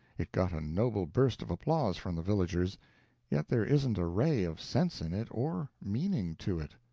it got a noble burst of applause from the villagers yet there isn't a ray of sense in it, or meaning to it.